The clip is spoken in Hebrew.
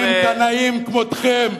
בגלל אנשים קנאים כמותכם,